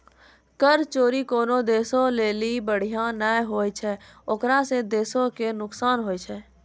कर चोरी कोनो देशो लेली बढ़िया नै होय छै ओकरा से देशो के नुकसान होय छै